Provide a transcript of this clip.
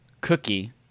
cookie